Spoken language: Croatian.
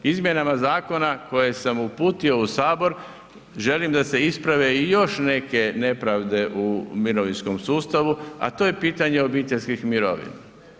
Izmjenama zakona koje sam uputio u sabor želim da se isprave i još neke nepravde u mirovinskom sustavu, a to je pitanje obiteljskih mirovina.